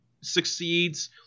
succeeds